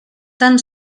tan